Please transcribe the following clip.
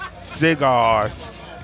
cigars